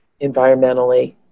environmentally